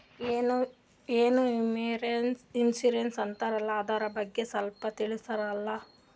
ಏನೋ ಇನ್ಸೂರೆನ್ಸ್ ಅಂತಾರಲ್ಲ, ಅದರ ಬಗ್ಗೆ ಸ್ವಲ್ಪ ತಿಳಿಸರಲಾ?